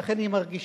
ולכן היא מרגישה,